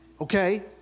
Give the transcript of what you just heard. Okay